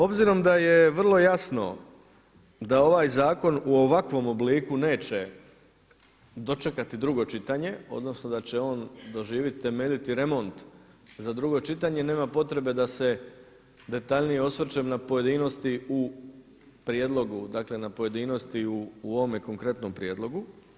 Obzirom da je vrlo jasno da ovaj zakon u ovakvom obliku neće dočekati drugo čitanje, odnosno da će on doživjeti temeljiti remont za drugo čitanje nema potrebe da se detaljnije osvrćem na pojedinosti u prijedlogu, dakle na pojedinosti u ovome konkretnom prijedlogu.